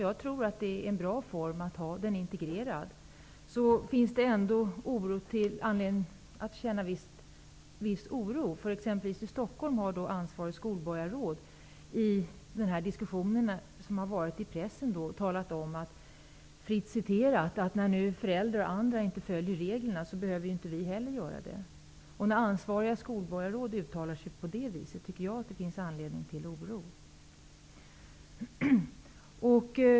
Jag tror att integreringen är en bra form. Men det finns ändå anledning att känna viss oro. Exempelvis i Stockholm har det ansvariga skolborgarrådet i den diskussion som förekommit i pressen sagt -- fritt återgivet: När nu föräldrar och andra inte följer reglerna, behöver inte heller vi göra det. När ett ansvarigt skolborgarråd uttalar sig på det viset tycker jag att det finns anledning att känna oro.